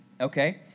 Okay